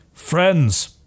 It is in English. Friends